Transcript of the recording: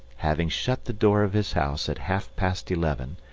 having shut the door of his house at half-past eleven,